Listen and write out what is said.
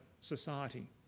society